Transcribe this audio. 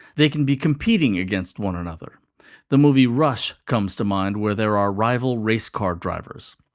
they can be competing against one another the movie, rush, comes to mind where there are rival race car drivers.